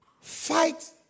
fight